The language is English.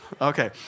Okay